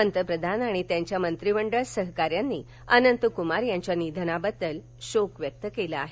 पंतप्रधान आणि त्यांच्या मंत्रिमंडळ सहकार्यानी अनंत कुमार यांच्या निधनाबद्दल शोक व्यक्त केला आहे